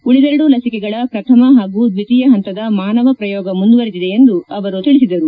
ಉಳಿದೆರಡು ಲಸಿಕೆಗಳ ಪ್ರಥಮ ಹಾಗೂ ದ್ವೀತಿಯ ಹಂತದ ಮಾನವ ಪ್ರಯೋಗ ಮುಂದುವರೆದಿದೆ ಎಂದು ತಿಳಿಸಿದರು